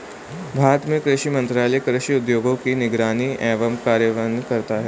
भारत में कृषि मंत्रालय कृषि उद्योगों की निगरानी एवं कार्यान्वयन करता है